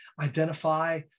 identify